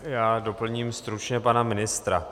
Já doplním stručně pana ministra.